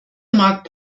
mag